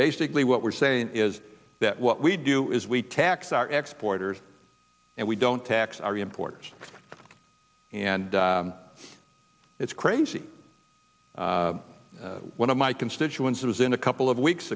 basically what we're saying is that what we do is we tax our export hours and we don't tax are important and it's crazy one of my constituents who was in a couple of weeks